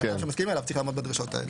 ומי שמסכימים עליו צריך לעמוד בדרישות האלה.